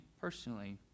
personally